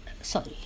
sorry